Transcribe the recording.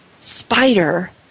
spider